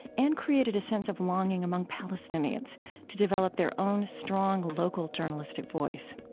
and created a sense of longing among palestinians to develop their own strong local journalistic voice.